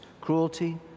cruelty